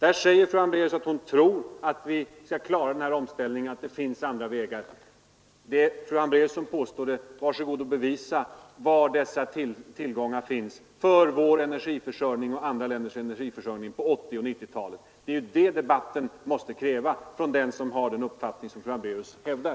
Fru Hambraeus tror att vi skall klara omställningen till ett energiknappare samhälle och att det finns andra vägar. Det är fru Hambraeus som påstår det. Var så god och bevisa var dessa energitillgångar för vår och andra länders energiförsörjning på 1980 och 1990-talen finns! Det är det man i debatten måste kräva av dem som har den uppfattning som fru Ham braeus hävdar.